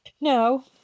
No